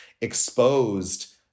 exposed